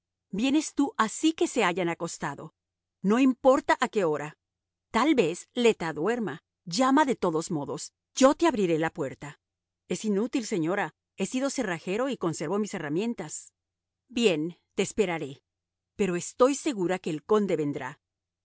vienes tú así que se hayan acostado no importa a que hora tal vez le tas duerma llama de todos modos yo te abriré la puerta es inútil señora he sido cerrajero y conservo mis herramientas bien te esperaré pero estoy segura que el conde vendrá